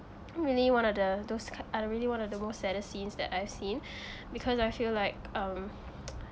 really one of the those ki~ are really one of the most saddest scenes that I've seen because I feel like um